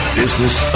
business